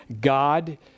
God